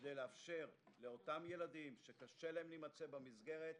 כדי לאפשר לאותם ילדים שקשה להם להימצא במסגרת,